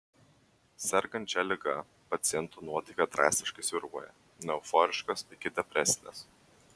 sergant šia liga paciento nuotaika drastiškai svyruoja nuo euforiškos iki depresinės